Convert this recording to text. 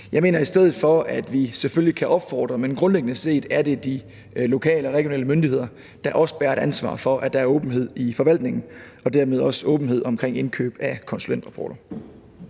Jeg mener, at vi i stedet for selvfølgelig kan opfordre til det, men grundlæggende set er det de lokale og regionale myndigheder, der også bærer et ansvar for, at der er åbenhed i forvaltningen og dermed også åbenhed omkring indkøb af konsulentrapporter.